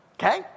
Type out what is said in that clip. okay